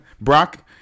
brock